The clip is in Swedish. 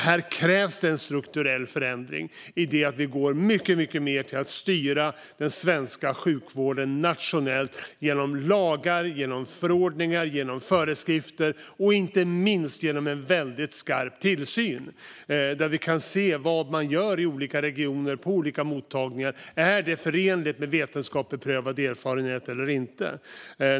Här krävs det en strukturell förändring där vi går mycket mer till att styra den svenska sjukvården nationellt genom lagar, förordningar och föreskrifter och inte minst genom en väldigt skarp tillsyn där vi kan se vad man gör i olika regioner och på olika mottagningar. Är det förenligt med vetenskap och beprövad erfarenhet eller inte?